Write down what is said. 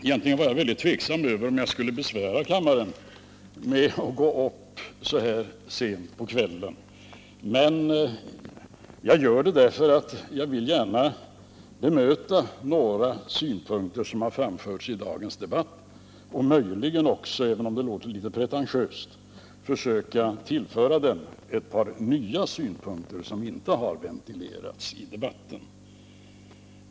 Egentligen var jag väldigt tveksam om jag skulle besvära kammaren med att gå upp så här sent på kvällen, men jag gör det därför att jag gärna vill bemöta några synpunkter som har framförts i dagens debatt och möjligen också — även om det låter litet pretentiöst — försöka tillföra den ett par nya synpunkter, som inte har ventilerats tidigare.